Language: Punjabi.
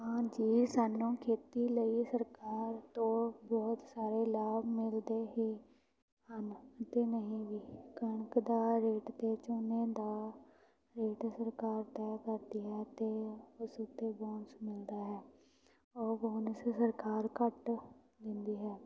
ਹਾਂ ਜੀ ਸਾਨੂੰ ਖੇਤੀ ਲਈ ਸਰਕਾਰ ਤੋਂ ਬਹੁਤ ਸਾਰੇ ਲਾਭ ਮਿਲਦੇ ਹੀ ਹਨ ਅਤੇ ਨਹੀਂ ਵੀ ਕਣਕ ਦਾ ਰੇਟ ਅਤੇ ਝੋਨੇ ਦਾ ਰੇਟ ਸਰਕਾਰ ਤੈਅ ਕਰਦੀ ਹੈ ਅਤੇ ਉਸ ਉੱਤੇ ਬੋਨਸ ਮਿਲਦਾ ਹੈ ਉਹ ਬੋਨਸ ਸਰਕਾਰ ਘੱਟ ਦਿੰਦੀ ਹੈ